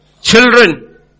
Children